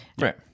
Right